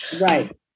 Right